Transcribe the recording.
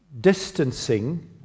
distancing